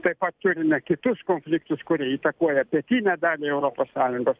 taip pat turime kitus konfliktus kurie įtakoja pietinę dalį europos sąjungos